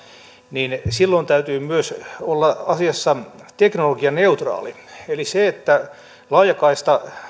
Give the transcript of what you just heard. niin silloin täytyy myös olla asiassa teknologianeutraali eli se että laajakaista